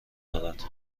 دارد